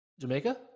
Jamaica